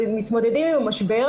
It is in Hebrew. מתמודדים עם המשבר.